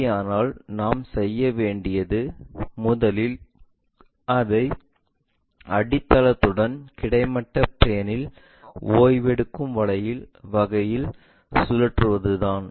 அப்படியானால் நாம் செய்ய வேண்டியது முதலில் அதை அடித்தளத்துடன் கிடைமட்ட பிளேன்இல் ஓய்வெடுக்கும் வகையில் சுழற்றுவதுதான்